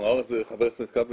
אמר את זה חבר הכנסת כבל,